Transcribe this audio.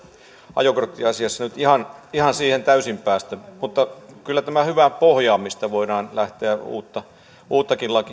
ajokorttiasiassa nyt ihan ihan siihen täysin päästä mutta kyllä tämä hyvä pohja on mistä voidaan lähteä uuttakin lakia